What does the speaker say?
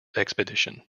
expedition